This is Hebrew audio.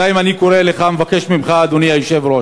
שנית, אני מבקש ממך, אדוני היושב-ראש,